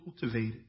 cultivated